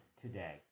today